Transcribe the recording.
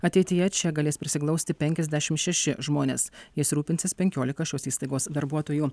ateityje čia galės prisiglausti penkiasdešim šeši žmonės jais rūpinsis penkiolika šios įstaigos darbuotojų